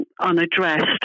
unaddressed